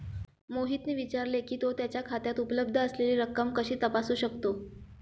मोहितने विचारले की, तो त्याच्या खात्यात उपलब्ध असलेली रक्कम कशी तपासू शकतो?